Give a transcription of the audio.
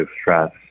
stress